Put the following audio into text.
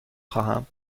خواهم